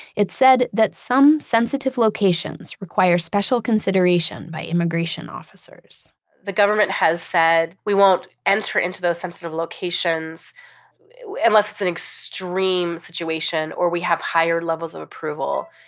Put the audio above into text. it said that some sensitive locations require special consideration by immigration officers the government has said we won't enter into those sensitive locations unless it's an extreme situation or we have higher levels of approval,